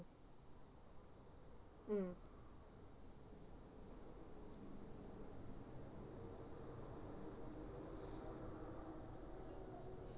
mm